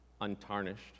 untarnished